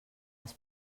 els